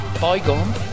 Bygone